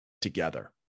together